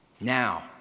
Now